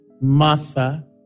Martha